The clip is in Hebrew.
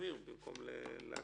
להחמיר במקום להקל.